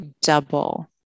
double